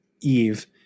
Eve